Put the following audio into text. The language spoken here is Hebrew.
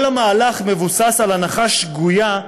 כל המהלך מבוסס על הנחה שגויה,